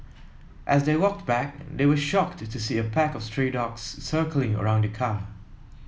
as they walked back they were shocked to see a pack of stray dogs circling around the car